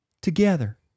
together